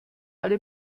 alle